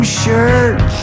shirt